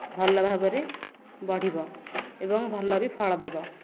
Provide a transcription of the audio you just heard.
ଭଲଭାବରେ ବଢ଼ିବ ଏବଂ ଭଲ ବି ଫଳ ଦେବ